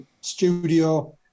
studio